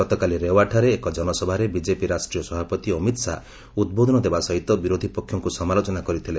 ଗତକାଲି ରେୱାଠାରେ ଏକ ଜନସଭାରେ ବିଜେପି ରାଷ୍ଟ୍ରୀୟ ସଭାପତି ଅମିତ୍ ଶାହା ଉଦ୍ବୋଧନ ଦେବା ସହିତ ବିରୋଧୀ ପକ୍ଷଙ୍କୁ ସମାଲୋଚନା କରିଥିଲେ